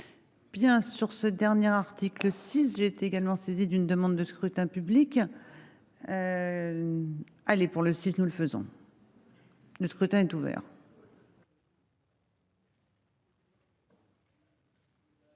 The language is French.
Bien sûr, ce dernier article 6. J'ai également saisi d'une demande de scrutin public. Allez pour le site, nous le faisons. Le scrutin est ouvert.